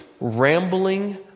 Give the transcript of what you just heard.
rambling